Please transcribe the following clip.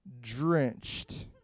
drenched